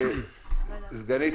זאת לא